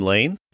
Lane